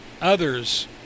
others